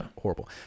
horrible